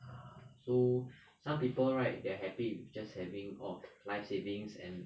ah so some people right they are happy with just having orh life savings and